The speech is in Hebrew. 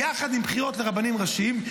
יחד עם בחירות לרבנים ראשיים,